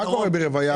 שחורת ב-2020.